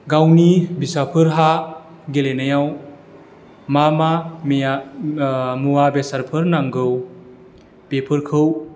गावनि फिसाफोरहा गेलेनायाव मा मा मुवा बेसादफोर नांगौ बेफोरखौ